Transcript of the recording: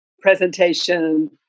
presentation